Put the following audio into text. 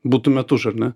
būtumėt už ar ne